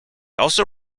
also